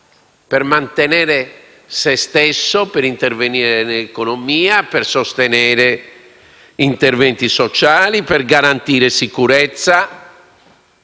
per mantenere se stesso, intervenire nell'economia, sostenere interventi sociali, garantire sicurezza,